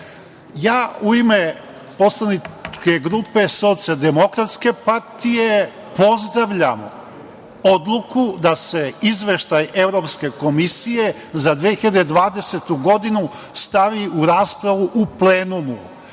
u ime poslaničke grupe Socijaldemokratske partije pozdravljam odluku da se Izveštaj Evropske komisije za 2020. godinu stavi u raspravu u plenumu.